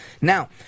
Now